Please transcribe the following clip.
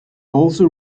also